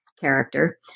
character